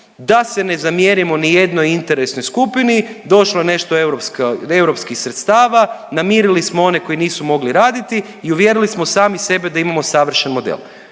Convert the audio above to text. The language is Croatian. da se ne zamjerimo ni jednoj interesnoj skupini, došlo je nešto europskih sredstava, namirili smo one koji nisu mogli raditi i uvjerili smo sami sebe da imamo savršen model,